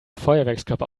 feuerwerkskörper